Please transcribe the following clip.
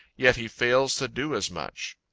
yet he fails to do as much.